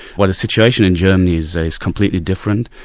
well the situation in germany is is completely different.